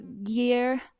year